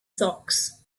socks